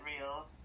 real